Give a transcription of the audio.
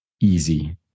easy